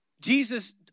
Jesus